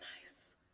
nice